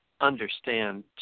understand